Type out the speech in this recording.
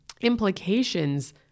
implications